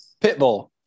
Pitbull